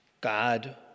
God